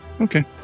okay